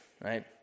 right